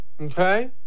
Okay